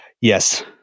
Yes